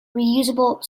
reusable